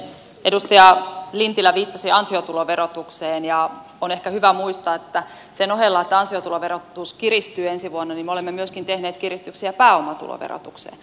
edustaja lintilä viittasi ansiotuloverotukseen ja on ehkä hyvä muistaa että sen ohella että ansiotuloverotus kiristyy ensi vuonna me olemme myöskin tehneet kiristyksiä pääomatuloverotukseen